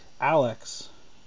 Alex